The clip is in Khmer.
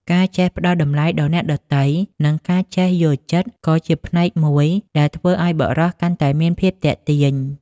ការចេះផ្តល់តម្លៃដល់អ្នកដទៃ និងការចេះយល់ចិត្ត ក៏ជាផ្នែកមួយដែលធ្វើឲ្យបុរសកាន់តែមានភាពទាក់ទាញ។